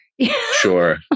Sure